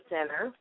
Center